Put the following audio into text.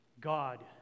God